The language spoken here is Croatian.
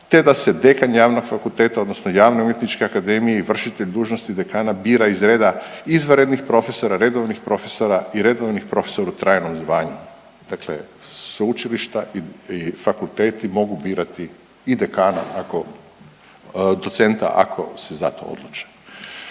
te da se dekan javnog fakulteta, odnosno javne umjetničke akademije i vršitelj dužnosti dekana bira iz reda izvanrednih profesora, redovnih profesora i redovni profesor u trajnom zvanju. Dakle, sveučilišta i fakulteti mogu birati i dekana, docenta ako se za to odluče.